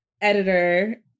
editor